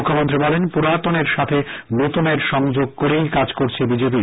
মুখ্যমন্ত্রী বলেন পুরাতনের সাথে নতুনের সংযোগ করেই কাজ করছে বিজেপি